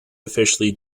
officially